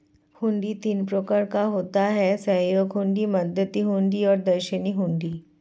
हुंडी तीन प्रकार का होता है सहयोग हुंडी, मुद्दती हुंडी और दर्शनी हुंडी